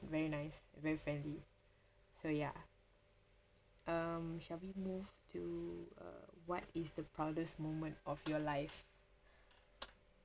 very nice very friendly so ya um shall we move to uh what is the proudest moment of your life